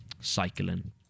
cycling